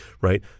right